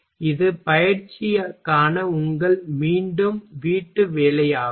எனவே இது பயிற்சிக்கான உங்கள் மீண்டும் வீட்டு வேலையாகும்